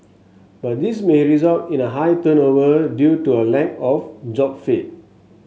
but this may result in a high turnover due to a lack of job fit